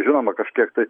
žinoma kažkiek tai